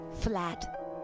Flat